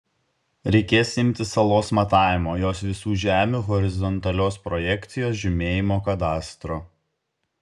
reikės imtis salos matavimo jos visų žemių horizontalios projekcijos žymėjimo kadastro